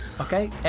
okay